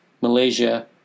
malaysia